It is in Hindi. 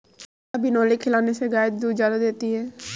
क्या बिनोले खिलाने से गाय दूध ज्यादा देती है?